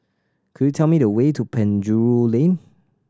could you tell me the way to Penjuru Lane